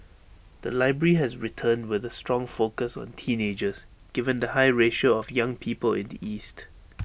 the library has returned with A strong focus on teenagers given the high ratio of young people in the east